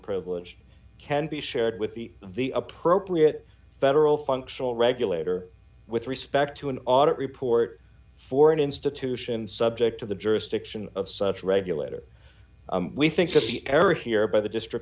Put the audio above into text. privilege can be shared with the the appropriate federal functional regulator with respect to an audit report for an institution subject to the jurisdiction of such regulator we think that the error here by the district